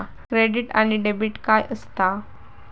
Credit आणि debit काय असता?